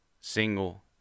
single